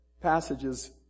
passages